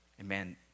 Amen